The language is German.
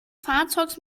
fahrzeugs